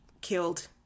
killed